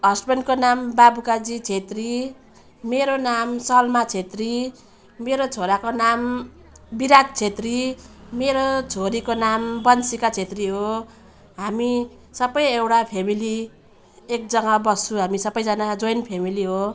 हस्बेन्डको नाम बाबु काजी छेत्री मेरो नाम सलमा छेत्री मेरो छोराको नाम विराट छेत्री मेरो छोरीको नाम बन्सिका छेत्री हो हामी सब एउटा फ्यामिली एक जगामा बस्छौँ हामी सबजना जोइन्ट फ्यामिली हो